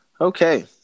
Okay